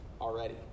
already